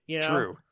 True